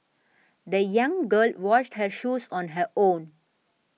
the young girl washed her shoes on her own